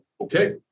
okay